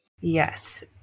Yes